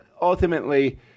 ultimately